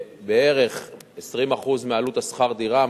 בערך ב-20% מעלות שכר הדירה.